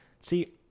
See